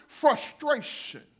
frustration